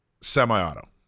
semi-auto